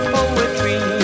Poetry